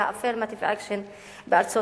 וה-Affirmative Action בארצות-הברית.